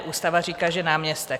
Ústava říká, že náměstek.